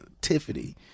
Tiffany